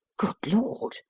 good lord!